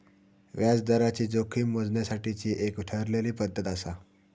व्याजदराची जोखीम मोजण्यासाठीची एक ठरलेली पद्धत आसा